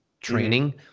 training